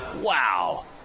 Wow